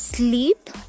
sleep